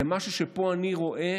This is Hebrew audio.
זה משהו שפה אני רואה